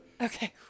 Okay